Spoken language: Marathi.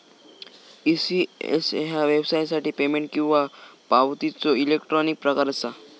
ई.सी.एस ह्या व्यवहारासाठी पेमेंट किंवा पावतीचो इलेक्ट्रॉनिक प्रकार असा